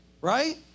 right